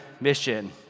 mission